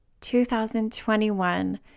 2021